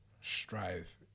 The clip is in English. strive